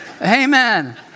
Amen